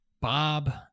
Bob